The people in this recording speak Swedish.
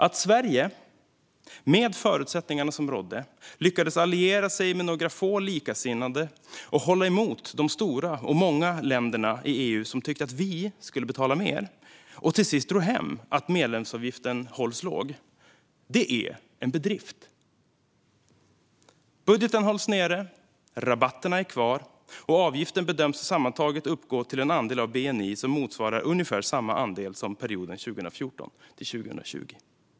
Att Sverige, med förutsättningarna som rådde, lyckades alliera sig med några få likasinnade och hålla emot de stora och många länderna i EU som tyckte att vi skulle betala mer och till sist ro hem att medlemsavgiften hålls låg är en bedrift. Budgeten hålls nere, rabatterna är kvar och avgiften bedöms sammantaget uppgå till en andel av bni som motsvarar ungefär samma andel som perioden 2014-2020.